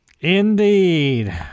Indeed